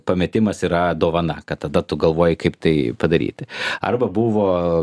pametimas yra dovana kad tada tu galvoji kaip tai padaryti arba buvo